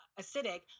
acidic